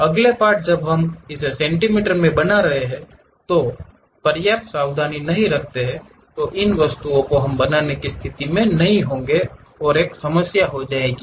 अगले पार्ट जब हम इसे सेंटीमीटर में बना रहे हैं अगर हम पर्याप्त सावधानी नहीं रखते हैं तो इन वस्तुओं को हम बनाने की स्थिति में नहीं हो सकते हैं और एक समस्या होगी